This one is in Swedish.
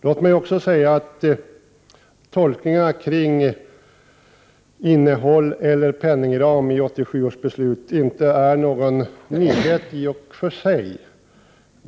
Låt mig också säga att tolkningarna kring innehåll och penningram i 1987 års beslut inte är någon nyhet.